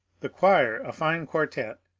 the choir, a fine quartette,